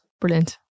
Brilliant